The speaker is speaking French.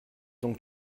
donc